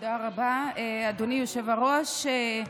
תודה רבה, אדוני היושב-ראש.